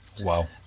Wow